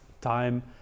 time